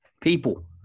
people